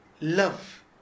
love